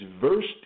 versed